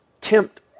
tempt